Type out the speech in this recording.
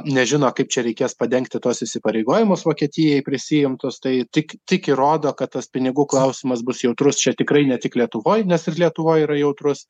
nežino kaip čia reikės padengti tuos įsipareigojimus vokietijai prisiimtus tai tik tik įrodo kad tas pinigų klausimas bus jautrus čia tikrai ne tik lietuvoj nes ir lietuvoj yra jautrus